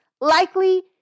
likely